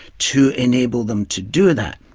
to enable them to do that.